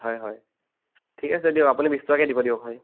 হয় হয় ঠিক আছে দিয়ক আপুনি বিশ টকাকৈ দিব দিয়ক হয়